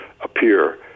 appear